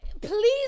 Please